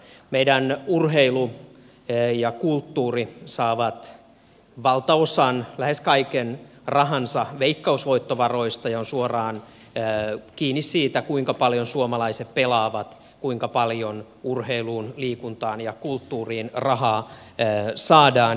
meidän urheilu ja kulttuuri saavat valtaosan lähes kaiken rahansa veikkausvoittovaroista ja on suoraan kiinni siitä kuinka paljon suomalaiset pelaavat kuinka paljon urheiluun liikuntaan ja kulttuuriin rahaa saadaan